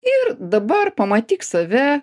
ir dabar pamatyk save